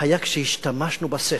היו כשהשתמשנו בשכל,